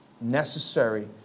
necessary